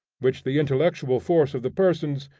which the intellectual force of the persons,